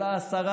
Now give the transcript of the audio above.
אלא היא עצמה,